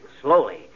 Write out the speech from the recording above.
slowly